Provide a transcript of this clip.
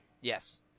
Yes